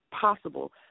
possible